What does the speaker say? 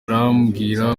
arambwira